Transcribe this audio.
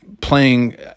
playing